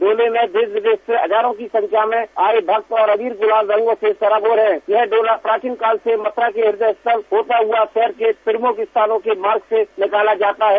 डोल में देश विदेश से हजारों की संख्या में आये भक्त अबीर गुलाल रंगो से सराबोर है यह डोला प्राचीन काल से मथुरा के हृदय स्थल होता हुआ शहर के प्रमुख स्थानों के मार्ग से निकाला जाता ह